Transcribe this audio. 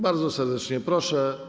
Bardzo serdecznie proszę.